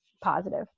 positive